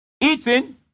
Eating